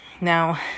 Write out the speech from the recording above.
Now